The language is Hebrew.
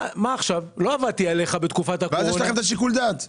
אז יהיה לכם שיקול דעת.